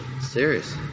serious